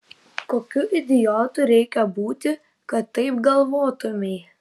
kokiu idiotu reikia būti kad taip galvotumei